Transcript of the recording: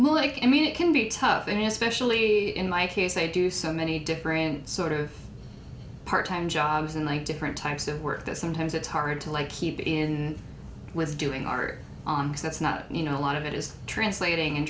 like i mean it can be tough and you specially in my case i do so many different sort of part time jobs and i different types of work that sometimes it's hard to like keep in with doing art on because that's not you know a lot of it is translating and